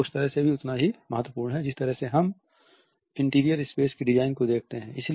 यह उस तरह से भी उतना ही महत्वपूर्ण है जिस तरह से हम इंटीरियर स्पेस की डिज़ाइन को देखते हैं